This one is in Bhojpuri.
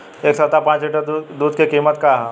एह सप्ताह पाँच लीटर दुध के का किमत ह?